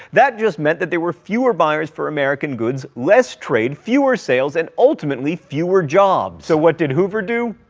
that just meant that there were fewer buyers for american goods, less trade, fewer sales, and ultimately fewer jobs. so what did hoover do?